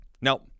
Now